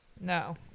No